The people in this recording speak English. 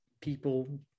people